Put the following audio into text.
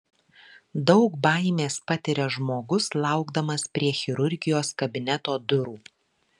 daug baimės patiria žmogus laukdamas prie chirurgijos kabineto durų